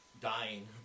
dying